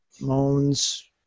moans